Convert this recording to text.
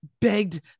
begged